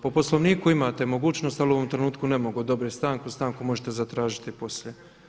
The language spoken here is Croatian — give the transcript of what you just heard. Po Poslovniku imate mogućnost ali u ovom trenutku ne mogu odbiti stanku, stanku možete zatražiti poslije.